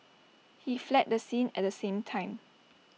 he fled the scene at the same time